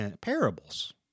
Parables